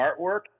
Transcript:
artwork